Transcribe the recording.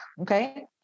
okay